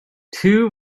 two